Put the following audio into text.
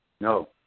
No